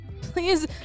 Please